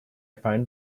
find